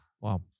wow